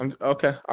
Okay